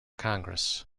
congress